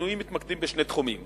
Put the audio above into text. השינויים מתמקדים בשני תחומים.